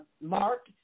Mark